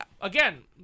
again